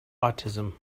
autism